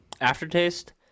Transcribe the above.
Aftertaste